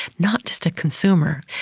not just a consumer.